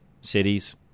Cities